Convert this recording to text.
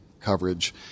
coverage